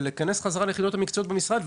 ולכנס חזרה ליחידות המקצועיות במשרד,